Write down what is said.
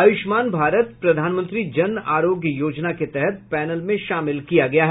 आयूष्मान भारत प्रधानमंत्री जन आरोग्य योजना के तहत पैनल में शामिल किया गया है